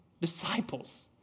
disciples